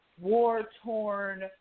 war-torn